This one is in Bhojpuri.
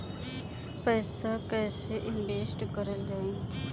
पैसा कईसे इनवेस्ट करल जाई?